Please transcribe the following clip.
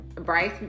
Bryce